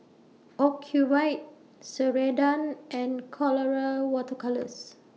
Ocuvite Ceradan and Colora Water Colours